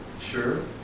sure